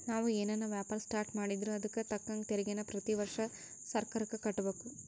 ನಾವು ಏನನ ವ್ಯಾಪಾರ ಸ್ಟಾರ್ಟ್ ಮಾಡಿದ್ರೂ ಅದುಕ್ ತಕ್ಕಂಗ ತೆರಿಗೇನ ಪ್ರತಿ ವರ್ಷ ಸರ್ಕಾರುಕ್ಕ ಕಟ್ಟುಬಕು